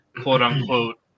quote-unquote